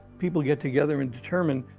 people get together and determine,